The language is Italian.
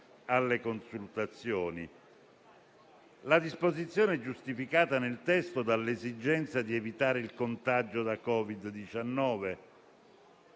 alle consultazioni. La disposizione è giustificata nel testo dall'esigenza di evitare il contagio da Covid-19.